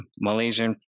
Malaysian